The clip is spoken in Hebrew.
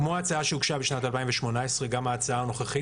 כמו ההצעה שהוגשה בשנת 2018 גם ההצעה הנוכחית